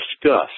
discuss